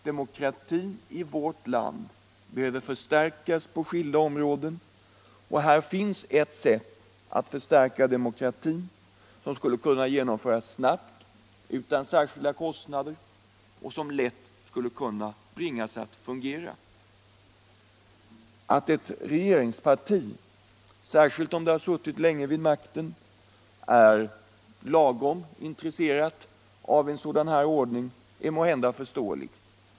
Demokratin i vårt land behöver förstärkas på skilda områden, och här finns ett sätt som mycket enkelt och utan särskilda kostnader skulle kunna bringas att fungera. Att ett regeringsparti, särskilt om det har suttit länge vid makten, är svagt intresserat av en sådan ordning är måhända förståeligt.